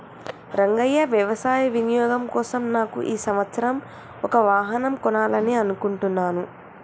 రంగయ్య వ్యవసాయ వినియోగం కోసం నాకు ఈ సంవత్సరం ఒక వాహనం కొనాలని అనుకుంటున్నాను